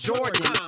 Jordan